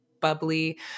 bubbly